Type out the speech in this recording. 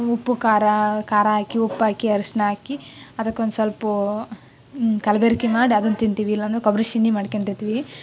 ಉಪ್ಪು ಖಾರಾ ಖಾರ ಹಾಕಿ ಉಪ್ಪು ಹಾಕಿ ಅರಿಶ್ಣ ಹಾಕಿ ಅದಕ್ಕೊಂದು ಸ್ವಲ್ಪೂ ಕಲ್ಬೆರಕೆ ಮಾಡಿ ಅದನ್ನು ತಿಂತೀವಿ ಇಲ್ಲಾಂದರೆ ಕೊಬ್ಬರಿ ಚಿನ್ನಿ ಮಾಡ್ಕೊಂಡಿರ್ತಿವಿ